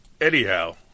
Anyhow